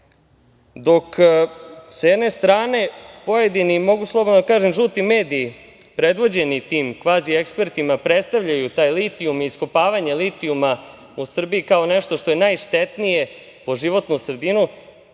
sa jedne strane pojedini "žuti mediji" predvođeni tim kvazi-ekspertima predstavljaju taj litijum i iskopavanje litijuma u Srbiji kao nešto što je najštetnije po životnu sredinu,